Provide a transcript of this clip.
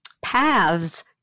paths